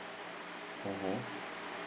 mmhmm